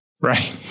Right